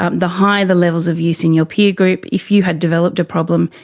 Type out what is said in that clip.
um the higher the levels of use and your peer group, if you had developed a problem,